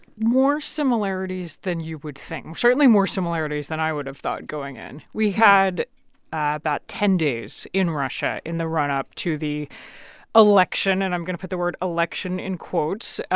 more similarities than you would think certainly, more similarities than i would have thought going in. we had about ten days in russia in the runup to the election, and i'm going to put the word election in quotes.